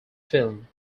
film